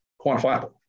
quantifiable